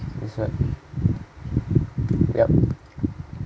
that's right yup